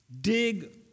dig